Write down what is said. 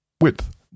Width